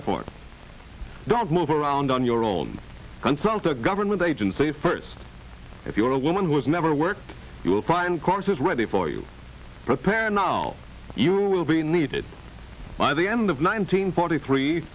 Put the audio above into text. effort don't move around on your old consult a government agency first if you are a woman who has never worked you will find crosses ready for you prepare and know you will be needed by the end of nineteen forty three